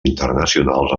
internacionals